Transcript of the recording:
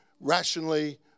rationally